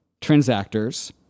transactors